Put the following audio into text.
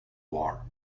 war